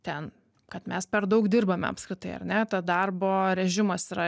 ten kad mes per daug dirbame apskritai ar ne ta darbo režimas yra